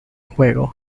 juego